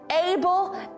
able